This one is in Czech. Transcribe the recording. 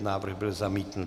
Návrh byl zamítnut.